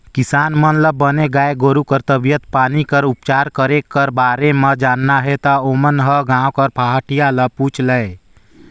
किसान मन ल बने गाय गोरु कर तबीयत पानी कर उपचार करे कर बारे म जानना हे ता ओमन ह गांव कर पहाटिया ल पूछ लय